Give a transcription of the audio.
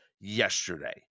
yesterday